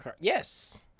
Yes